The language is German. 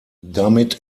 damit